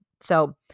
So-